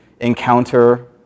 encounter